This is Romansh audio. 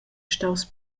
staus